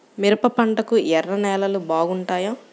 మిరప పంటకు ఎర్ర నేలలు బాగుంటాయా?